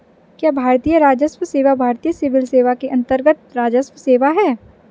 क्या भारतीय राजस्व सेवा भारतीय सिविल सेवा के अन्तर्गत्त राजस्व सेवा है?